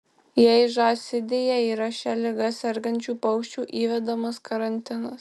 jei žąsidėje yra šia liga sergančių paukščių įvedamas karantinas